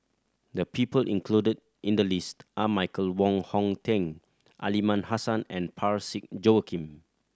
the people included in the list are Michael Wong Hong Teng Aliman Hassan and Parsick Joaquim